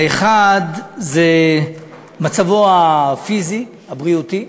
האחד, מצבו הפיזי, הבריאותי,